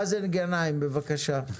מאזן גנאים, בבקשה.